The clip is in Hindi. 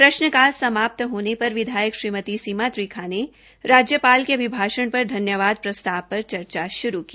प्रश्नकाल समाप्त होने पर विधायक श्रीमती सीमा त्रिखा ने राज्यपाल के अभिभाषण पर धन्यवाद प्रस्ताव पर चर्चा शुरू की